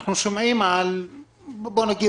שאנחנו שומעים על טעויות,